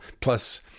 Plus